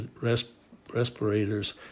respirators